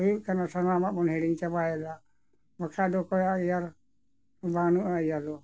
ᱦᱩᱭᱩᱜ ᱠᱟᱱᱟ ᱥᱟᱱᱟᱢᱟᱜ ᱵᱚᱱ ᱦᱤᱲᱤᱧ ᱪᱟᱵᱟᱭᱮᱫᱟ ᱵᱟᱠᱷᱟᱱ ᱫᱚ ᱚᱠᱚᱭᱟᱜ ᱮᱭᱟᱨ ᱵᱟᱹᱱᱩᱜᱼᱟ ᱤᱭᱟᱹ ᱫᱚ